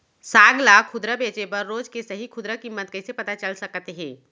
साग ला खुदरा बेचे बर रोज के सही खुदरा किम्मत कइसे पता चल सकत हे?